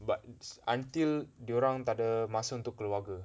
but until dia orang takde masa untuk keluarga